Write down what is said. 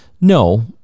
No